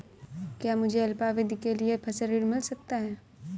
क्या मुझे अल्पावधि के लिए फसल ऋण मिल सकता है?